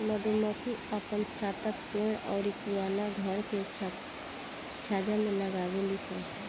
मधुमक्खी आपन छत्ता पेड़ अउरी पुराना घर के छज्जा में लगावे लिसन